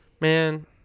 man